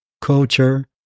culture